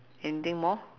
anything more